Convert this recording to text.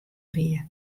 wie